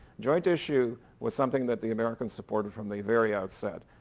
joint issue was something that the americans supported from the very outset.